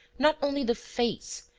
not only the face,